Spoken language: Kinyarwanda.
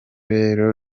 rero